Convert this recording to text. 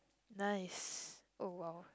nice oh !wow!